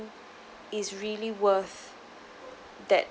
is really worth that